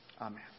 Amen